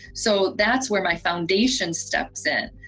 so that's where my foundation steps in,